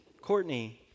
Courtney